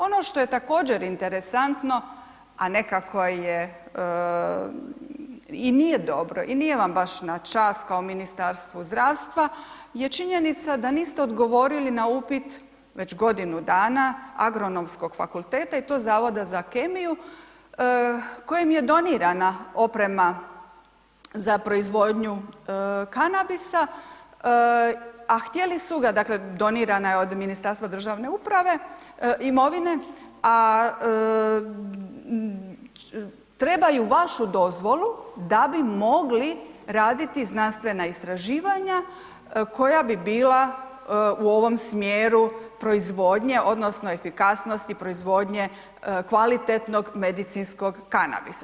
Ono što je također interesantno, a nekako je i nije dobro i nije vam baš na čast kao Ministarstvu zdravstva je činjenica da niste odgovorili na upit već godinu dana Agronomskog fakulteta i to Zavoda za kemiju kojem je donirana oprema za proizvodnju kanabisa, a htjeli su ga, dakle, donirana je od Ministarstva državne uprave, imovine, a trebaju vašu dozvolu da bi mogli raditi znanstvena istraživanja koja bi bila u ovom smjeru proizvodnje odnosno efikasnosti proizvodnje kvalitetnog medicinskog kanabisa.